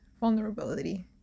vulnerability